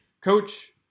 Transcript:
Coach